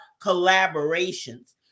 collaborations